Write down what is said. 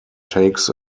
takes